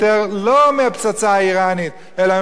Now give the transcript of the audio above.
אלא בגלל מה שקורה גם בדרום וגם בצפון.